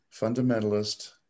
fundamentalist